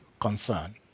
concern